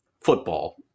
football